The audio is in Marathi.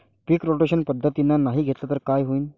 पीक रोटेशन पद्धतीनं नाही घेतलं तर काय होईन?